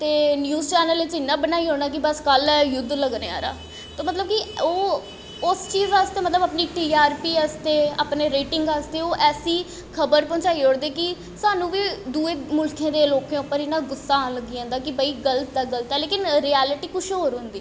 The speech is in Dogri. ते न्यूज चैनल इच्च इन्ना बनाई ओड़ना कि बस कल्ल गै युद्ध लग्गने आह्ला तो मतलब कि ओह् उस चीज आस्तै मतलब अपनी टी आर पी आस्तै अपने रेटिंग आस्तै ओह् ऐसी खबर पहुँचाई ओड़दे कि सानूं बी दुए मुल्खें दे लोकें उप्पर इन्ना गुस्सा औन लगी जंदा कि भाई गल्त ऐ गल्त ऐ लेकिन रियैलटी कुछ होर होंदी